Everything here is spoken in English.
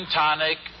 tonic